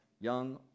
Young